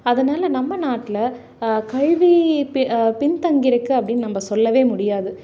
அதனால் நம்ம நாட்டில் கல்வி பெ பின்தங்கி இருக்குது அப்படின்னு நம்ம சொல்லவே முடியாது